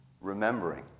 remembering